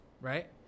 right